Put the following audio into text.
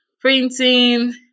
printing